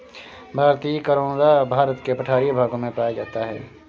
भारतीय करोंदा भारत के पठारी भागों में पाया जाता है